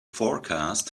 forecast